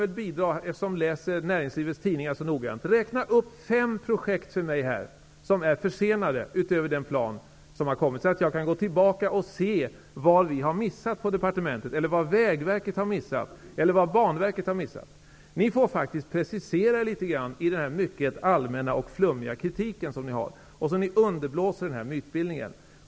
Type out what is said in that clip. Georg Andersson, som läser näringslivets tidningar så noggrant, kan väl också bidra med att för mig räkna upp fem projekt som är försenade, så att jag kan gå tillbaka och se vad vi, Vägverket eller Banverket har missat. Ni får faktiskt litet grand precisera er allmänna och flummiga kritik, som underblåser mytbildningen.